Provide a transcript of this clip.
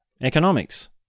economics